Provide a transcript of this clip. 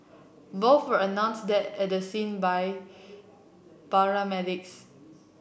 both were announced dead at the scene by paramedics